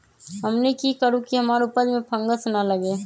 हमनी की करू की हमार उपज में फंगस ना लगे?